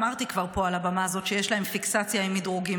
אמרתי כבר פה על הבמה הזאת שיש להם פיקסציה עם מדרוגים,